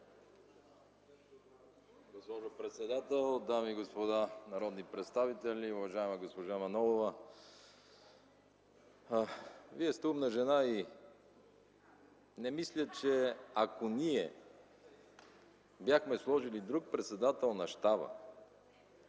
Госпожо председател, дами и господа народни представители! Уважаема госпожо Манолова, Вие сте умна жена и не мисля (смях от ГЕРБ) – ако ние бяхме сложили друг председател на щаба,